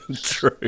True